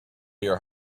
your